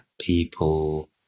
people